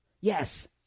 Yes